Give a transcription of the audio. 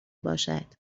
باشد